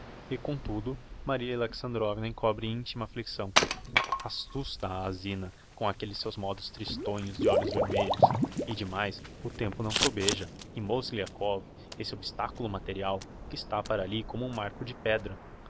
e comtudo maria alexandrovna encobre intima afflicção assusta a a zina com aquelles seus modos tristonhos de olhos vermelhos e demais o tempo não sobeja e mozgliakov esse obstaculo material está para alli como um marco de pedra